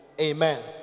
Amen